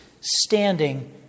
standing